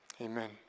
Amen